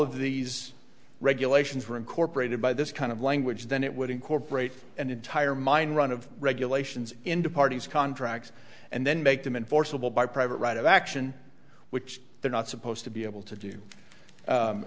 of these regulations were incorporated by this kind of language then it would incorporate an entire mine run of regulations into parties contracts and then make them and forcible by private right of action which they're not supposed to be able to do